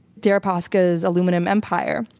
deripaska's aluminum empire.